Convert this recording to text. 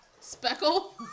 Speckle